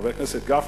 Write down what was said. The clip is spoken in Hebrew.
חבר הכנסת גפני,